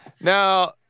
Now